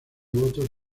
votos